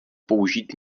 použít